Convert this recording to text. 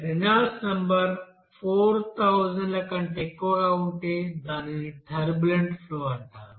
Reynolds number 4000 ల కంటే ఎక్కువగా ఉంటే దానిని టర్బులెంట్ ఫ్లో అంటారు